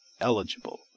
eligible